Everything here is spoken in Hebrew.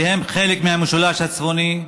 שהם חלק מהמשולש הצפוני,